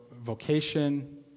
vocation